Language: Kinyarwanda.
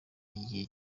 igihe